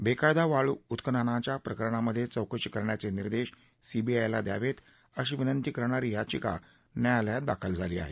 बेकायदा वाळू उत्खननाच्या प्रकरणांमधे चौकशी करण्याचे निर्देश सीबीआयला द्यावेत अशी विनंती करणारी याचिका न्यायालयात दाखल झाली आहे